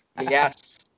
Yes